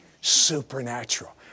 supernatural